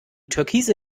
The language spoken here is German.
türkise